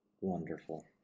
Wonderful